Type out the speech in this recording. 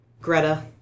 Greta